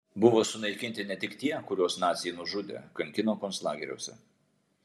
buvo sunaikinti ne tik tie kuriuos naciai nužudė kankino konclageriuose